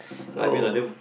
so